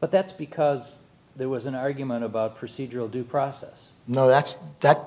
but that's because there was an argument about procedural due process no that's that